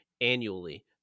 annually